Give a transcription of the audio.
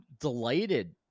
delighted